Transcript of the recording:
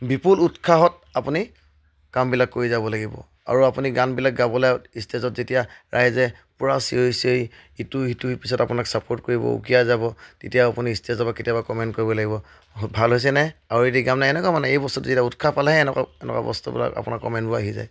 বিপুল উৎসাহত আপুনি কামবিলাক কৰি যাব লাগিব আৰু আপুনি গানবিলাক গাবলৈ ষ্টেজত যেতিয়া ৰাইজে পূৰা চিঞৰি চিঞৰি ইটো সিটোৰ পিছত আপোনাক চাপৰ্ট কৰিব উকিয়াই যাব তেতিয়া আপুনি ষ্টেজৰপৰা কেতিয়াবা কমেণ্ট কৰিবই লাগিব ভাল হৈছে নে আৰু এটি গাম নে এনেকুৱা মানে এই বস্তুটো যেতিয়া উৎসাহ পালেহে এনেকুৱা এনেকুৱা বস্তুবিলাক আপোনাক কমেণ্টবোৰ আহি যায়